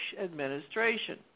administration